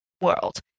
world